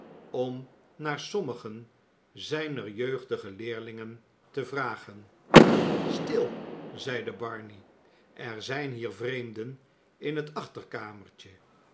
om naar sommigen zijner jeugdige leerlingen te vragen stil zeide barney er zijn hier vreemden in het achterkamertje